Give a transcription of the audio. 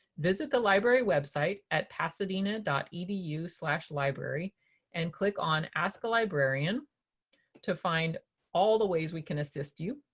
visit the library website at pasadena dot edu slash library and click on ask a librarian to find all the ways we can assist you.